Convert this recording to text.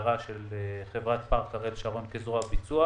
הגדרת חברת פארק אריאל כזרוע ביצוע